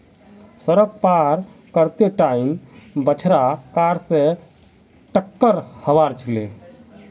सड़क पार कर त टाइम बछड़ा कार स टककर हबार छिले